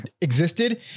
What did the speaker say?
existed